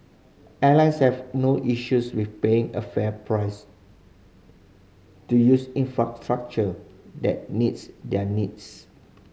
airlines have no issues with paying a fair price to use infrastructure that meets their needs